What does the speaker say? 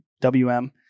WM